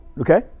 Okay